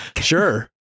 sure